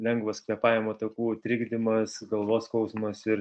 lengvas kvėpavimo takų trikdymas galvos skausmas ir